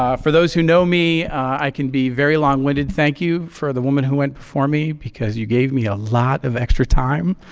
um for those who know me, i can be very long-winded. thank you for the woman who went before me, because you gave me a lot of extra time.